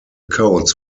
codes